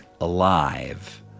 alive